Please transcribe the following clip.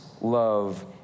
love